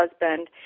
husband